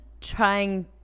trying